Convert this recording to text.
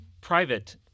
private